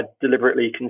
deliberately